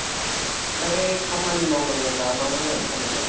औ औ ओमफ्राय खामानि मावनांगौफ्रा मा मा जागोन खामानिया